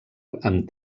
amb